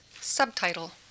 subtitle